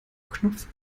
knopf